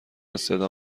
صدا